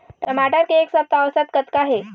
टमाटर के एक सप्ता औसत कतका हे?